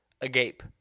agape